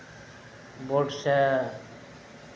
बोर्डसँ